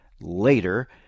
later